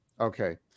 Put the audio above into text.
Okay